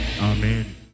Amen